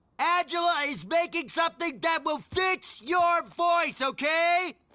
angela is making something that will fix your voice! okay!